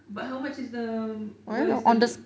but how much is the what is the